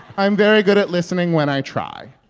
i'm very good at listening when i try.